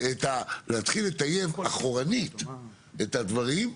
להתחיל לטייב אחורנית את הדברים...